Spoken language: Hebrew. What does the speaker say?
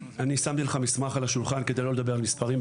אני שמתי לך מסמך על השולחן כדי לא לדבר על מספרים,